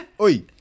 Oi